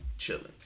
chilling